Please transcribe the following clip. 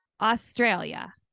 Australia